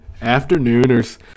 Afternooners